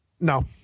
No